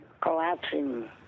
collapsing